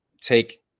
take